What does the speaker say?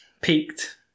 Peaked